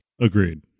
Agreed